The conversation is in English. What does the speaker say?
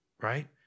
right